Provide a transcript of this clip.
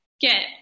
get